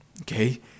Okay